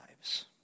lives